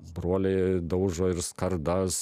broliai daužo ir skardas